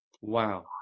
Wow